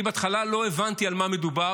אני בהתחלה לא הבנתי על מה מדובר,